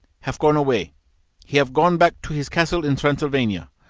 have gone away he have gone back to his castle in transylvania.